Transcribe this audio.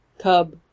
Cub